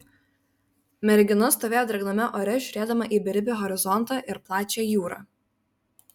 mergina stovėjo drėgname ore žiūrėdama į beribį horizontą ir plačią jūrą